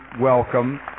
welcome